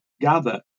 gather